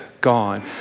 gone